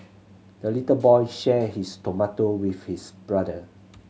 the little boy shared his tomato with his brother